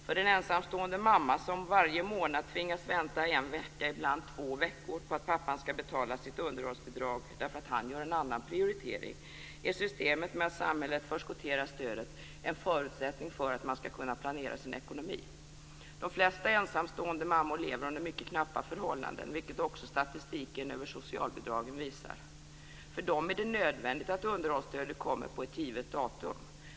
För den ensamstående mamma som varje månad tvingas vänta en vecka, ibland två, på att pappan skall betala sitt underhållsbidrag därför att han gör en annan prioritering är systemet med att samhället förskotterar stödet en förutsättning för att hon skall kunna planera sin ekonomi. De flesta ensamstående mammor lever under mycket knappa förhållanden, vilket också statistiken över socialbidragen visar. För dem är det nödvändigt att underhållsstödet kommer på ett givet datum.